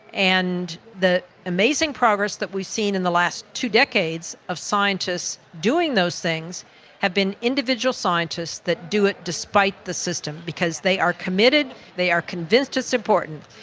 and the amazing progress that we've seen in the last two decades of scientists doing those things have been individual scientists that do it despite the system, because they are committed, they are convinced it's important.